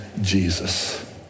Jesus